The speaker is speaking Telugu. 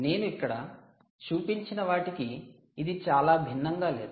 నేను ఇక్కడ చూపించిన వాటికి ఇది చాలా భిన్నంగా లేదు